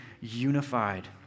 unified